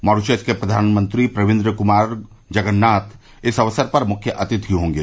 Mauritius के प्रधानमंत्री प्रविन्द्र कुमार जगनॉत इस अवसर पर मुख्य अतिथि होंगे